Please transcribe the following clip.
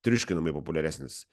triuškinamai populiaresnis